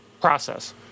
process